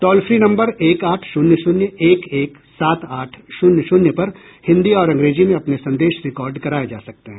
toll free number एक आठ शून्य शून्य एक एक सात आठ शून्य शून्य पर हिन्दी और अंग्रेजी में अपने संदेश रिकार्ड कराये जा सकते हैं